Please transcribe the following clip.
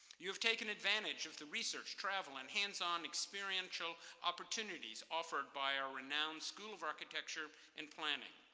you have taken advantage of the research, travel, and hands-on experiential opportunities offered by our renowned school of architecture and planning.